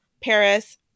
Paris